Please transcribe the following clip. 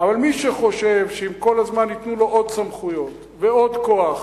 אבל מי שחושב שאם כל הזמן ייתנו לו עוד סמכויות ועוד כוח